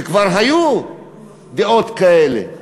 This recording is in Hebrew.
וכבר היו דעות כאלה.